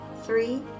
three